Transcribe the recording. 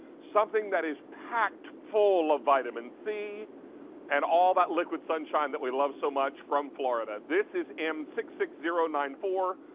something that is packed full of vitamin c and all that liquid sunshine that we love so much from florida. this is m six six zero nine for.